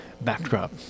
backdrop